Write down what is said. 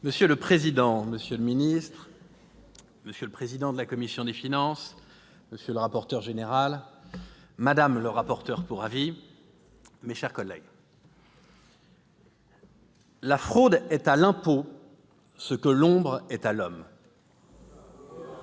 Monsieur le président, monsieur le ministre, monsieur le président de la commission des finances, monsieur le rapporteur général, madame le rapporteur pour avis, mes chers collègues, « la fraude est à l'impôt ce que l'ombre est à l'homme